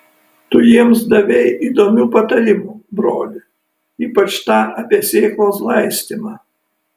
tu jiems davei įdomių patarimų broli ypač tą apie sėklos laistymą